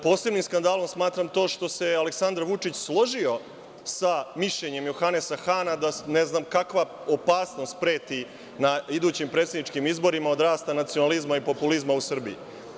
Posebnim skandalom smatram to što se Aleksandar Vučić složio sa mišljenjem Johanesa Hana da ne znam kakva opasnost preti na idućim predsedničkim izborima od rasta nacionalizma i populizma u Srbiji.